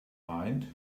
mind